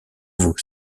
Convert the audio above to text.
vous